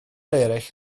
eraill